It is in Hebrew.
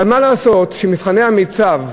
אבל מה לעשות שמבחני המיצ"ב,